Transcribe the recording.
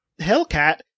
Hellcat